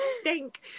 stink